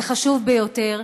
זה חשוב ביותר,